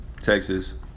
Texas